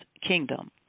Kingdom